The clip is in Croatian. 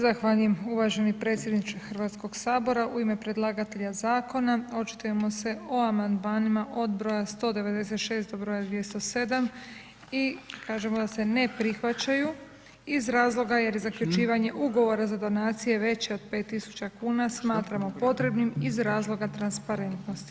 Zahvaljujem uvaženi predsjedniče Hrvatskog sabora, u ime predlagatelja zakona očitujemo se o amandmanima od broja 196. do broja 207. i kažemo da se ne prihvaćaju iz razloga jer je zaključivanje ugovora za donacije veće od 5.000 kuna smatramo potrebnim iz razloga transparentnosti.